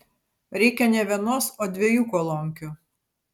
reikia ne vienos o dviejų kolonkių